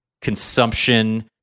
consumption